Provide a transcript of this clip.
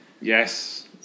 yes